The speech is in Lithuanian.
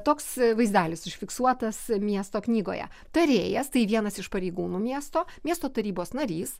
toks vaizdelis užfiksuotas miesto knygoje tarėjas tai vienas iš pareigūnų miesto miesto tarybos narys